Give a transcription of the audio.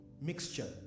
mixture